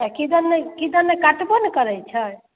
आ किदनमे किदनमे काटबो नहि करैत छै